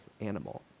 animal